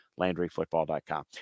LandryFootball.com